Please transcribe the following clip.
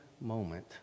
moment